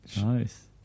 Nice